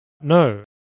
No